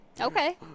Okay